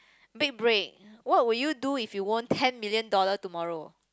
big break what will do if you won ten million dollar tomorrow